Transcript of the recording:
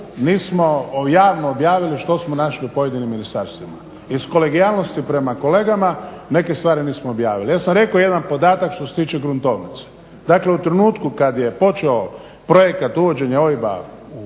nismo javno objavili što smo našli u pojedinim ministarstvima. Iz kolegijalnosti prema kolegama neke stvari nismo objavili. Ja sam rekao jedan podatak što se tiče gruntovnice. Dakle, u trenutku kad je počeo projekt uvođenja OIB-a u